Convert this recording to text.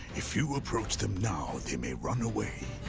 if you approach them now they may run away.